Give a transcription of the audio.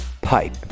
Pipe